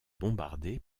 bombardé